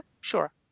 sure